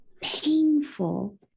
painful